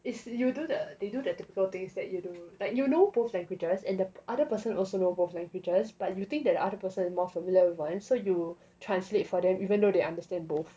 is you do that they do their typical things that you do like you know both languages and the other person also know both languages but you think that other person more familiar with one so you translate for them even though they understand both